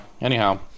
Anyhow